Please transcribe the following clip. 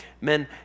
men